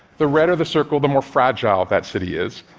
the redder the circle, the more fragile that city is,